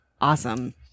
Awesome